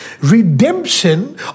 redemption